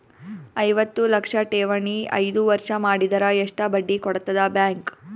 ಐವತ್ತು ಲಕ್ಷ ಠೇವಣಿ ಐದು ವರ್ಷ ಮಾಡಿದರ ಎಷ್ಟ ಬಡ್ಡಿ ಕೊಡತದ ಬ್ಯಾಂಕ್?